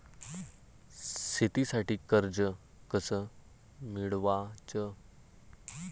शेतीसाठी कर्ज कस मिळवाच?